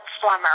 swimmer